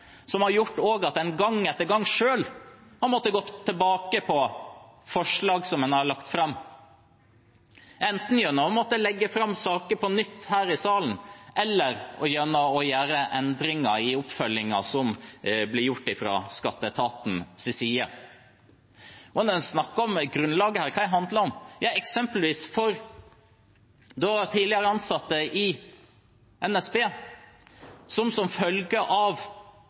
som har gjort at de – gang etter gang – selv har måttet gå tilbake på forslag som de har lagt fram, enten gjennom å måtte legge fram saker på nytt her i salen, eller gjennom å gjøre endringer i oppfølgingen som blir gjort fra skatteetatens side. Når en snakker om grunnlaget her, hva handler det om? Vi kan ta eksemplet med de tidligere ansatte i NSB: Regjeringens jernbanereform, oppsplitting, førte til at de som fortsatt jobber i selskaper som